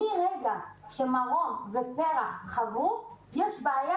מהרגע שמרום ופר"ח חברו יש בעיה.